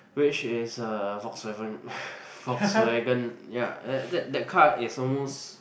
which is a Volkswagen Volkswagen yeah that that car is almost